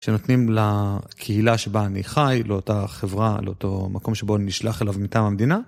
שנותנים לקהילה שבה אני חי, לאותה חברה, לאותו מקום שבו אני נשלח אליו מטעם המדינה.